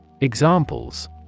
examples